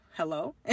hello